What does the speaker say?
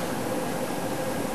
שם החוק